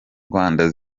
rwanda